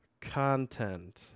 content